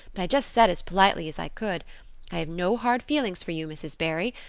but i just said as politely as i could, i have no hard feelings for you, mrs. barry.